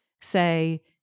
say